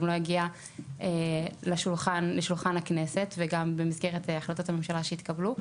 לא הגיע לשולחן הכנסת וגם במסגרת החלטות הממשלה שהתקבלו.